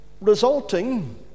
resulting